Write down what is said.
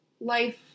life